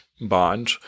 bond